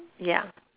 ya